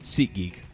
SeatGeek